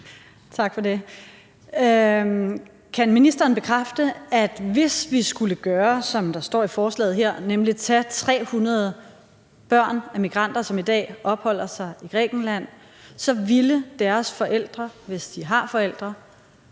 Tak for det. Kan ministeren bekræfte, at hvis vi skulle gøre, som der står i forslaget her, nemlig tage 300 børn af migranter, som i dag opholder sig i Grækenland, så ville deres forældre, hvis de har forældre,